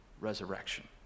resurrection